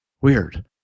Weird